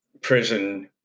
prison